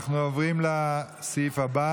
אנחנו עוברים לסעיף הבא